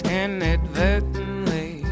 inadvertently